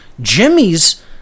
Jimmy's